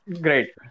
Great